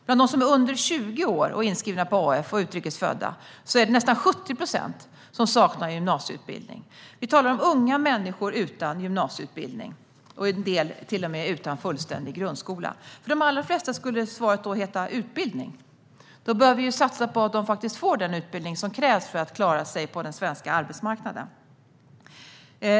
Bland dem som är under 20 år, inskrivna på AF och utrikes födda är det nästan 70 procent som saknar gymnasieutbildning. Vi talar alltså om unga människor utan gymnasieutbildning, och en del är till och med utan fullständig grundskola. För de allra flesta skulle svaret på detta vara utbildning. Vi behöver satsa på att de får den utbildning som krävs för att klara sig på den svenska arbetsmarknaden.